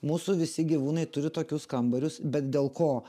mūsų visi gyvūnai turi tokius kambarius bet dėl ko